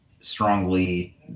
strongly